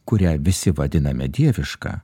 kurią visi vadiname dieviška